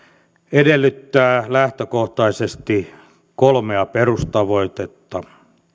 edellyttää lähtökohtaisesti kolmea perustavoitetta